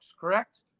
Correct